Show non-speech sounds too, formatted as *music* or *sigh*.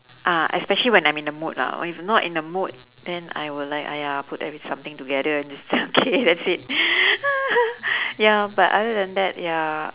uh especially when I'm in the mood lah when if not in the mood then I will like !aiya! put ev~ something together then just *laughs* okay that's it *breath* *laughs* ya but other than that ya